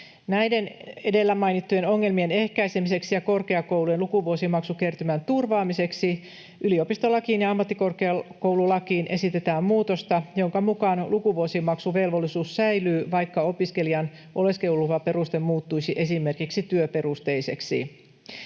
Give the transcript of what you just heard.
Näiden edellä mainittujen ongelmien ehkäisemiseksi ja korkeakoulujen lukuvuosimaksukertymän turvaamiseksi yliopistolakiin ja ammattikorkeakoululakiin esitetään muutosta, jonka mukaan lukuvuosimaksuvelvollisuus säilyy, vaikka opiskelijan oleskeluluvan peruste muuttuisi esimerkiksi työperusteiseksi.